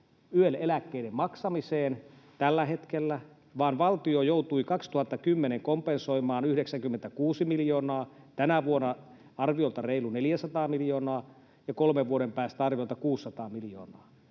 YEL-eläkkeiden maksamiseen tällä hetkellä, vaan valtio joutui 2010 kompensoimaan 96 miljoonaa, tänä vuonna arviolta reilu 400 miljoonaa ja kolmen vuoden päästä arviolta 600 miljoonaa.